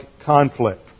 conflict